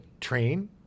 train